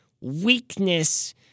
weakness